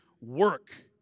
work